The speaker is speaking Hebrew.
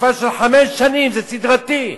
בתקופה של חמש שנים זה סדרתי.